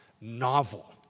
novel